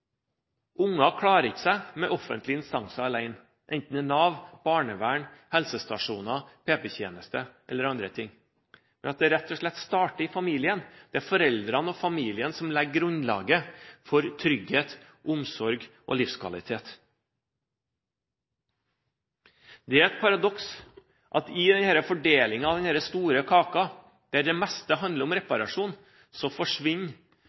ikke klarer seg med offentlige instanser alene – enten det er Nav, barnevern, helsestasjoner, PP-tjeneste eller andre ting – men at det rett og slett starter i familien, at det er foreldrene og familien som legger grunnlaget for trygghet, omsorg og livskvalitet? Det er et paradoks at i fordelingen av denne store kaken, der det meste handler om